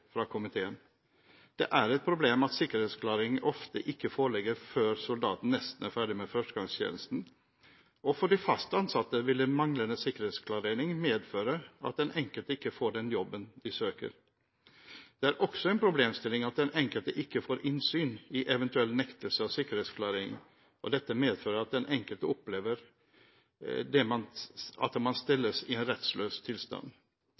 fra komiteen. Det er et problem at sikkerhetsklarering ofte ikke foreligger før soldaten nesten er ferdig med førstegangstjenesten, og for de fast ansatte vil en manglende sikkerhetsklarering medføre at den enkelte ikke får den jobben de søker. Det er også en problemstilling at den enkelte ikke får innsyn i eventuell nektelse av sikkerhetsklarering, og dette medfører at den enkelte opplever at man stilles i en rettsløs tilstand.